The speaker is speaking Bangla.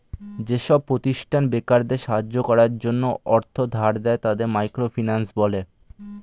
যেসব প্রতিষ্ঠান বেকারদের সাহায্য করার জন্য অর্থ ধার দেয়, তাকে মাইক্রো ফিন্যান্স বলে